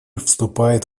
вступает